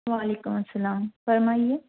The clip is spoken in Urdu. وعلیکم السلام فرمائیے